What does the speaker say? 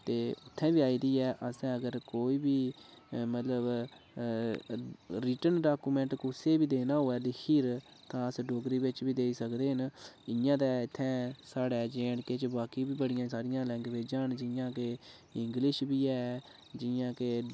ते उत्थैं बी आई गेदी ऐ असें अगर कोई बी मतलब रिटन डाक्यूमेंट कुसै गी बी देना होए लिखियै तां अस डोगरी बिच्च बी देई सकदे न इयां ते इत्थै साढ़ै जे एंड के च बाकी बी बड़ियां सारियां लैंग्वेजां न जि'यां कि इंग्लिश बी ऐ जि'यां कि